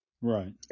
right